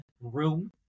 room